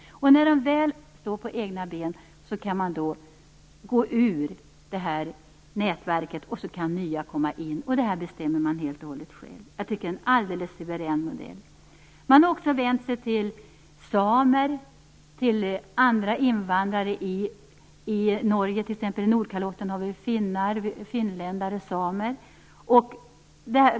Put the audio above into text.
När de väl står på egna ben kan de gå ur nätverket, och då kan nya komma in. Och detta bestämmer man helt och hållet själv. Jag tycker att det är en suverän modell. Man har också vänt sig till samer och till invandrare i Norge. På Nordkalotten finns det t.ex. finländare och samer.